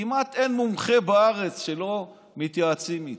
כמעט אין מומחה בארץ שלא מתייעצים איתו.